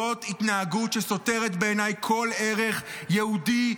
זאת התנהגות שבעיניי סותרת כל ערך יהודי,